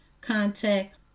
contact